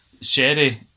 Sherry